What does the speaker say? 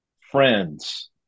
friends